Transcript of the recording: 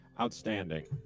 Outstanding